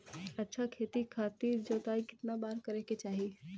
अच्छा खेती खातिर जोताई कितना बार करे के चाही?